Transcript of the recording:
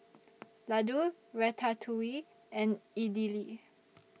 Ladoo Ratatouille and Idili